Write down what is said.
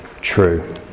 true